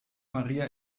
maría